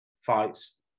fights